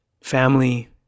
family